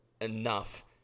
enough